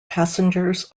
passengers